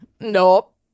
Nope